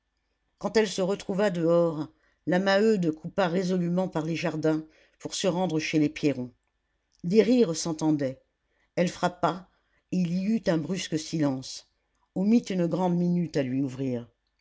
quand elle se retrouva dehors la maheude coupa résolument par les jardins pour se rendre chez les pierron des rires s'entendaient elle frappa et il y eut un brusque silence on mit une grande minute à lui ouvrir